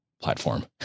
platform